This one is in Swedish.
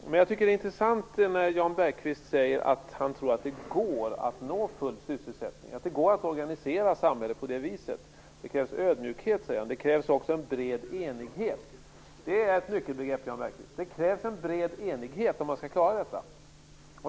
Jag tycker att det är intressant när Jan Bergqvist säger att han tror att det går att nå full sysselsättning och att det går att organisera samhället på det viset. Han säger att det krävs ödmjukhet för detta. Det krävs också en bred enighet. Det är ett nyckelbegrepp, Jan Bergqvist. Det krävs en bred enighet om vi skall klara detta.